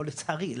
לא לצערי,